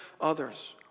others